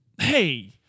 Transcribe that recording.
hey